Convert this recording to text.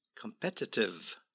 competitive